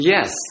Yes